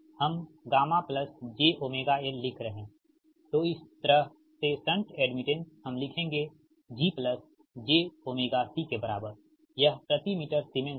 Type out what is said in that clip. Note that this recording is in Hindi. हम γ jωL लिख रहे हैं तो इसी तरह से शंट एडमिटेंस हम लिखेंगे G प्लस jωc के बराबर यह प्रति मीटर सीमेंस है